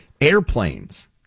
airplanes